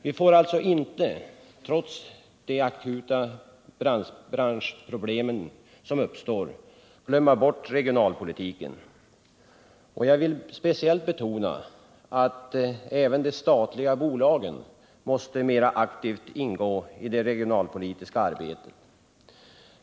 Vi får alltså inte — trots de akuta branschproblem som uppstår — glömma bort regionalpolitiken. Jag vill speciellt betona att även de statliga bolagen måste mera aktivt ingå i det regionalpolitiska arbetet.